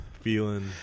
feeling